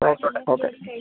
okay okay